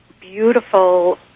beautiful